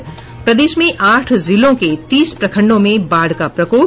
और प्रदेश में आठ जिलों के तीस प्रखंडों में बाढ़ का प्रकोप